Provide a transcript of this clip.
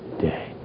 day